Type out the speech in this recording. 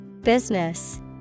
Business